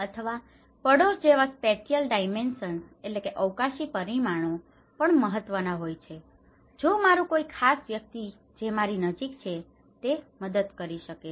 અથવા પડોશ જેવા સ્પેટીયલ ડાઇમેન્શનસ spatial dimension અવકાશી પરિમાણો પણ મહત્વના હોય છે જો મારુ કોઈ ખાસ વ્યક્તિ જે મારી નજીક છે તે મદદ કરી શકે છે